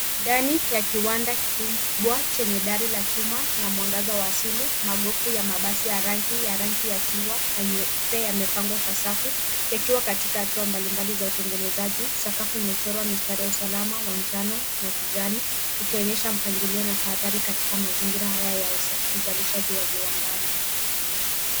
Ndani ya kiwanda kikubwa chenye dari la chuma na mwangaza wa asili, magofu ya mabasi ya rangi ya chungwa na nyeupe yamepangwa kwa safu yakiwa katika hatua mbalimbali za utengenezaji. Sakafu imechorwa mistari ya usalama wa njano na kijani ikionyesha mpangilio na taadhari katika mazingira haya ya uzalishaji wa viwandani.